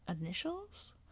initials